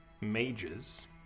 mages